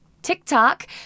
TikTok